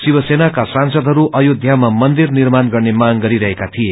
शिवसेनाका सांसदहरू अवेध्यामा मन्दिर निर्माण गर्ने मांग गरिरहेका थिए